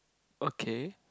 okay